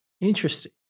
interesting